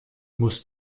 muss